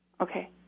Okay